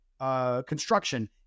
construction